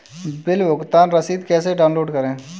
Bill भुगतान की रसीद कैसे डाउनलोड करें?